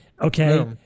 Okay